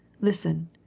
Listen